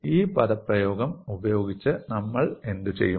ഈ പദപ്രയോഗം ഉപയോഗിച്ച് നമ്മൾ എന്തുചെയ്യും